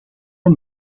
een